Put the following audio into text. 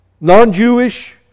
non-Jewish